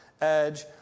edge